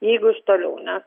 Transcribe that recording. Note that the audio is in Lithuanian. jeigu iš toliau nes